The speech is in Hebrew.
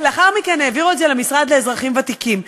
לאחר מכן העבירו את זה למשרד לאזרחים ותיקים.